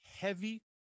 heavy